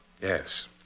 Yes